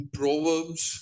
proverbs